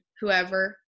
whoever